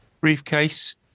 briefcase